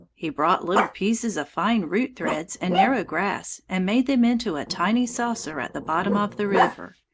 he brought little pieces of fine root-threads and narrow grass, and made them into a tiny saucer at the bottom of the river.